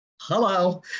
hello